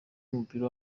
w’umupira